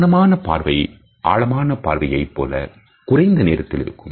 கவனமான பார்வை ஆழமான பார்வையைப் போல குறைந்த நேரத்தில் இருக்கும்